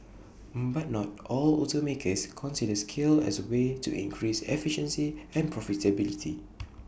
but not all automakers consider scale as A way to increased efficiency and profitability